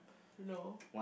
law